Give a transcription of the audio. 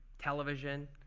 television,